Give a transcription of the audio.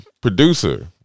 producer